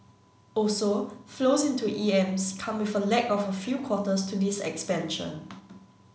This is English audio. also flows into E M S come with a lag of a few quarters to this expansion